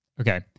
Okay